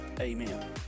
amen